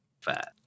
fat